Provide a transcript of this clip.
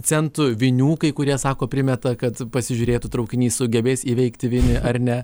centų vinių kai kurie sako primeta kad pasižiūrėtų traukinys sugebės įveikti vinį ar ne